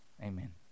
Amen